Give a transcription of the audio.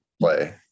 play